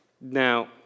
Now